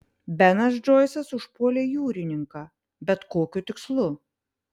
benas džoisas užpuolė jūrininką bet kokiu tikslu